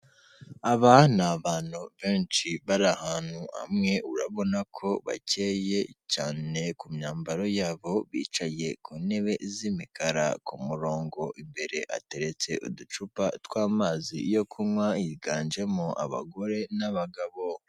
Aba ni abantu benshi bari ahantu hamwe, urabona ko bakeye cyane ku myambaro yabo, bicaye ku ntebe z'imikara ku murongo. Imbere ateretse uducupa tw'amazi yo kunywa, higanjemo abagore n'abagabo.